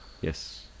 yes